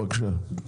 בבקשה.